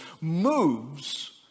moves